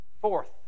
Fourth